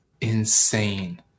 insane